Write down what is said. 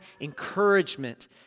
encouragement